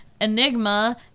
Enigma